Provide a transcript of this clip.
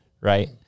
Right